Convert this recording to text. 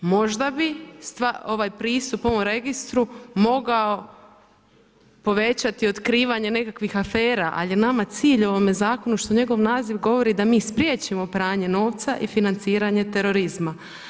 Možda bi ovaj pristup ovom registru mogao povećati otkrivanje nekakvih afera, ali je nama cilj u ovome zakonu što njegov naziv govori da mi spriječimo pranje novca i financiranje terorizma.